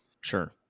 sure